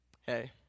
hey